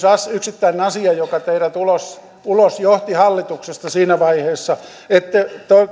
oli se yksittäinen asia joka teidät ulos ulos johti hallituksesta siinä vaiheessa ette